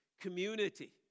community